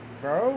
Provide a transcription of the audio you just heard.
bro